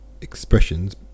expressions